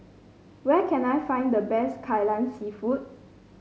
where can I find the best Kai Lan seafood